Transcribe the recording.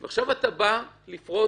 עכשיו אתה רוצה לפרוץ